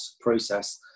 process